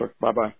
Bye-bye